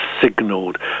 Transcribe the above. signaled